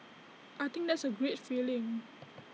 I think that's A great feeling